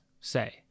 say